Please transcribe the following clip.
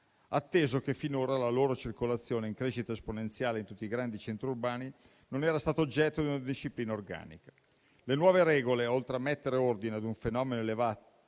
atteso che finora la loro circolazione - in crescita esponenziale in tutti i grandi centri urbani - non era stata oggetto di una disciplina organica. Le nuove regole, oltre a mettere ordine a un fenomeno a elevato